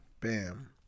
Bam